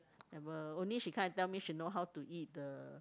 never only she come and tell me she know how to eat the